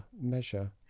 measure